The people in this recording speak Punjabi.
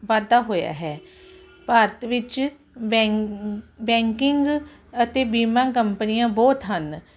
ਵਾਧਾ ਹੋਇਆ ਭਾਰਤ ਵਿੱਚ ਬੈਂ ਬੈਂਕਿੰਗ ਅਤੇ ਬੀਮਾ ਕੰਪਨੀਆਂ ਬਹੁਤ ਹਨ